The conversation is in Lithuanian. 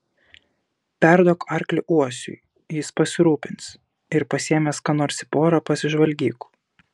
perduok arklį uosiui jis pasirūpins ir pasiėmęs ką nors į porą pasižvalgyk